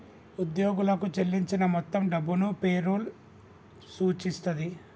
ఉద్యోగులకు చెల్లించిన మొత్తం డబ్బును పే రోల్ సూచిస్తది